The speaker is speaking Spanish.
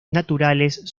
naturales